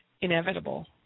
inevitable